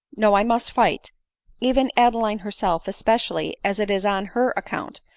no i must fight even adeline herself, especially as it is on her account,